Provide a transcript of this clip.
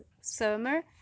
summer